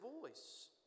voice